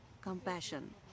compassion